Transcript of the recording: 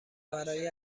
برای